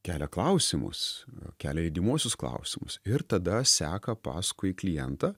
kelia klausimus kelia lydimuosius klausimus ir tada seka paskui klientą